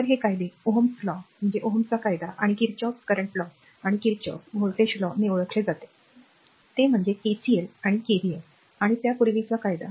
तर हे कायदे Ω चे कायदा आणि किर्चॉफचा सद्य कायदा आणि किर्चॉफचा व्होल्टेज कायदा म्हणून ओळखला जातो ते म्हणजे KCL आणि KVL आणि त्यापूर्वीचे कायदा